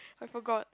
I forgot